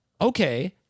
Okay